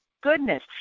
goodness